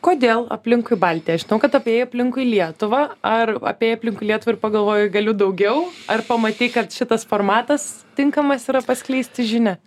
kodėl aplinkui baltiją žinau kad apie jį aplinkui lietuvą ar apėjai aplinkui lietuvą ir pagalvojai galiu daugiau ar pamatei kad šitas formatas tinkamas yra paskleisti žinią